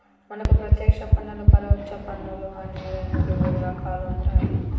మనకు పత్యేక్ష పన్నులు పరొచ్చ పన్నులు అని రెండు రకాలుంటాయి